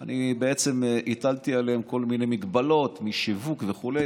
אני הטלתי עליהן כל מיני מגבלות של שיווק וכדומה.